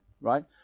right